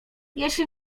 jeśli